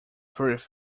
pretty